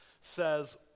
says